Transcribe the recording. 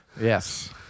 Yes